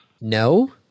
No